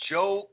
Joe